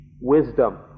wisdom